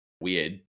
weird